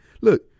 Look